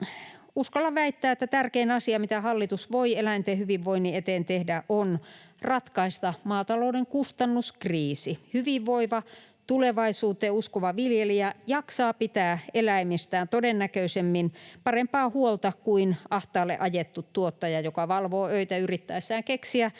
Uskallan väittää, että tärkein asia, mitä hallitus voi eläinten hyvinvoinnin eteen tehdä, on ratkaista maatalouden kustannuskriisi. Hyvinvoiva, tulevaisuuteen uskova viljelijä jaksaa pitää eläimistään todennäköisemmin parempaa huolta kuin ahtaalle ajettu tuottaja, joka valvoo öitä yrittäessään keksiä